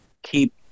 keep